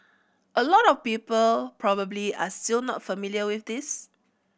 a lot of people probably are still not familiar with this